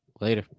later